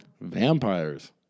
Vampires